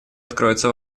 откроется